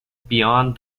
beyond